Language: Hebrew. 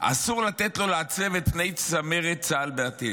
אסור לתת לו לעצב את פני צמרת צה"ל בעתיד,